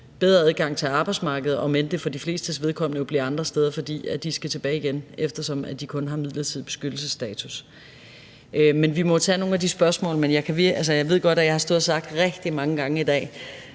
bedre adgang til arbejdsmarkedet, om end det for de flestes vedkommende jo bliver andre steder, fordi de skal tilbage igen, eftersom de kun har midlertidig beskyttelsesstatus. Men vi må jo tage nogle af de spørgsmål, der er. Jeg ved godt, at jeg har stået og sagt rigtig mange gange i dag,